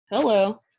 Hello